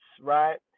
right